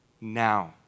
now